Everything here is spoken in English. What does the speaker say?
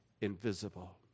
invisible